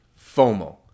FOMO